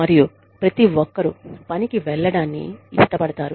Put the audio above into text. మరియు ప్రతి ఒక్కరూ పనికి వెళ్లడాన్ని ఇష్టపడతారు